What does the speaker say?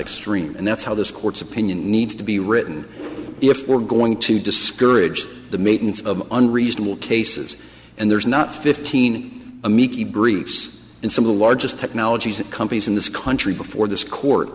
extreme and that's how this court's opinion needs to be written if we're going to discourage the maintenance of unreasonable cases and there's not fifteen amicus briefs in some of the largest technology companies in this country before this court